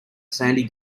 sandy